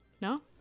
No